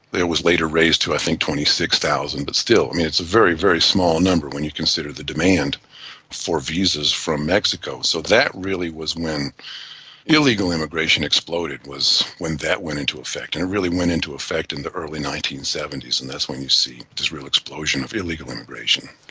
it was later raised to i think twenty six thousand, but still, it's a very, very small number when you consider the demand for visas from mexico. so that really was when illegal immigration exploded, was when that went into effect, and it really went into effect in the early nineteen seventy s and that's when you see this real explosion of illegal immigration.